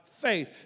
faith